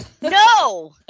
No